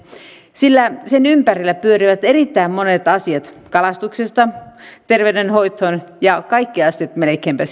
sillä sen ympärillä pyörivät erittäin monet asiat kalastuksesta terveydenhoitoon ja melkeinpä